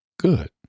good